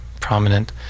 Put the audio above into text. prominent